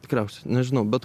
tikriausiai nežinau bet